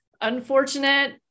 unfortunate